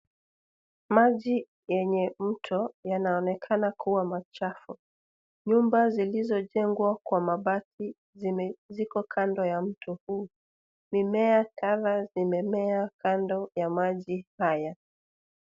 Maji yenye mto yanaonekana kuwa machafu. Nyumba zilizozojengwa, kwa mabati ziko kando ya mto huu. Mimea kadhaa imemea kando ya maji haya .